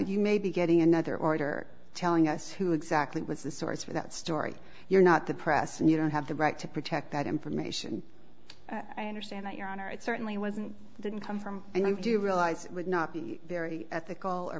you may be getting another order telling us who exactly was the source for that story you're not the press and you don't have the right to protect that information i understand that your honor it certainly wasn't didn't come from and i do realize it would not be very ethical or